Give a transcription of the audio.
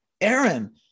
Aaron